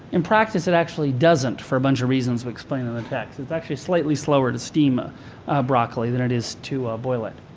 in practice, it actually doesn't for a bunch of reasons we explain in the text. it's actually slightly slower to steam ah broccoli than it is to ah boil it.